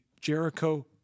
Jericho